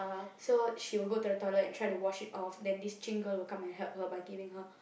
so she will go to the toilet and try to wash it off then this Jing girl will come and help her by giving her